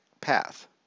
path